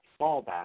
fallback